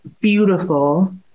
beautiful